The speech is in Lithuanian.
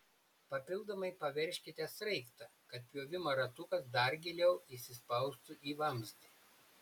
papildomai paveržkite sraigtą kad pjovimo ratukas dar giliau įsispaustų į vamzdį